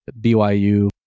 BYU